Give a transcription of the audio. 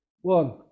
one